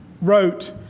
wrote